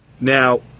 Now